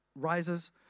rises